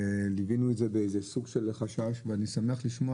ליווינו את זה בסוג של חשש ואני שמח לשמוע